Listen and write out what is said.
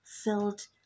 filled